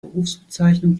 berufsbezeichnung